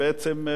הבחירות.